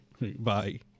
Bye